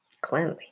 cleanly